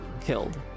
killed